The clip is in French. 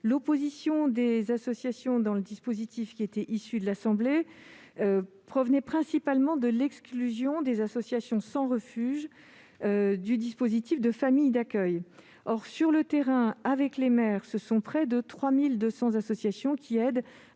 L'opposition des associations au dispositif issu de l'Assemblée nationale provenait principalement de l'exclusion des associations sans refuge du dispositif de famille d'accueil. Sur le terrain, avec les maires, ce sont près de 3 200 associations qui aident